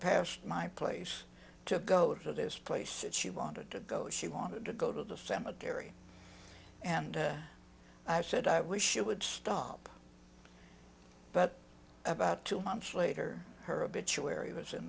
past my place to go to this place and she wanted to go she wanted to go to the cemetery and i said i wish she would stop but about two months later her obituary was in